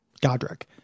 Godric